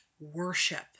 worship